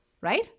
right